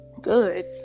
good